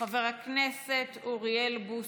חבר הכנסת אוריאל בוסו.